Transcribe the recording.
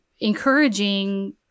encouraging